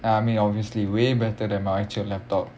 ya I mean obviously way better than my actual laptop